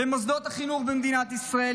במוסדות החינוך במדינת ישראל,